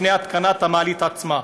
לפני התקנת המעלית עצמה.